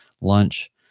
lunch